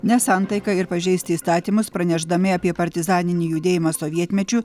nesantaiką ir pažeisti įstatymus pranešdami apie partizaninį judėjimą sovietmečiu